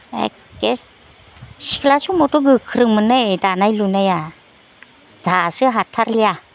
एखे सिख्ला समावथ' गोख्रोंमोनहाय दानाय लुनाया दासो हाथारलिया